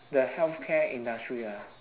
the healthcare industry lah